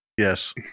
yes